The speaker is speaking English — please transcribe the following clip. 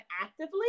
actively